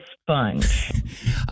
sponge